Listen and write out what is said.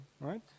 right